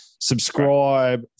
Subscribe